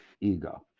ego